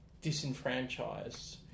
disenfranchised